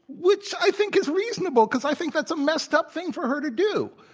which i think is reasonable, because i think that's a messed up thing for her to do.